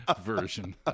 version